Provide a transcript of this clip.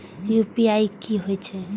UPI की होई छै?